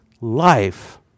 life